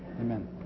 Amen